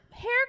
hair